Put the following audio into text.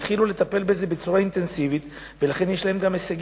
התחילו לטפל בזה בצורה אינטנסיבית ולכן יש להם הישגים,